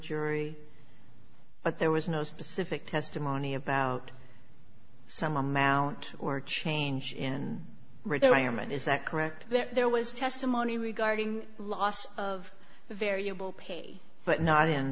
jury but there was no specific testimony about some amount or change in retirement is that correct there was testimony regarding loss of variable pay but not in